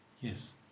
yes